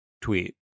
tweet